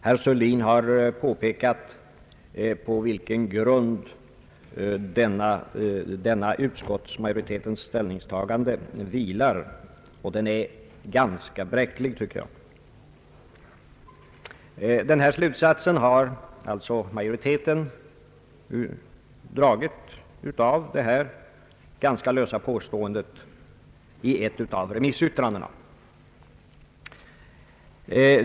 Herr Sörlin har pekat på vilken grund detta utskottsmajoritetens ställningstagande vilar, och den är ganska bräcklig, tycker jag. Utskottsmajoriteten har alltså dragit sin slutsats av ett ganska löst påstående i ett av remissutlåtandena.